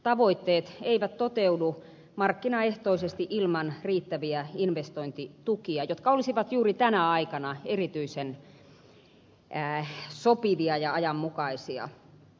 tavoitteet eivät toteudu markkinaehtoisesti ilman riittäviä investointitukia jotka olisivat juuri tänä aikana erityisen sopivia ja ajanmukaisia